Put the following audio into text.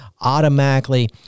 automatically